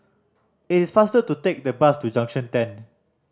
it is faster to take the bus to Junction Ten